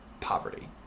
poverty